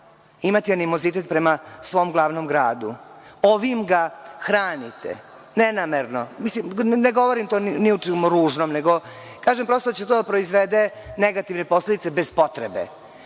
imati animozitet prema svom glavnom gradu. Ovim ga hranite, ne namerno. Mislim, ne govorim ni o čemu ružnom, nego kažem prosto da će to da proizvede negativne posledice bez potrebe. Kada